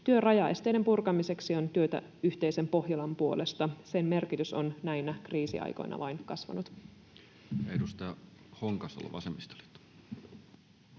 Työ rajaesteiden purkamiseksi on työtä yhteisen Pohjolan puolesta. Sen merkitys on näinä kriisiaikoina vain kasvanut.